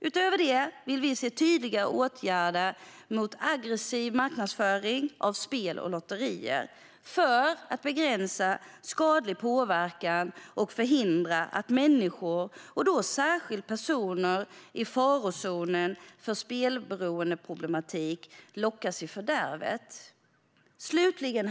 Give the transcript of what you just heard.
Utöver det vill vi se tydliga åtgärder mot aggressiv marknadsföring av spel och lotterier för att begränsa skadlig påverkan och förhindra att människor, och då särskilt personer i farozonen för spelberoendeproblematik, lockas i fördärvet. Herr talman!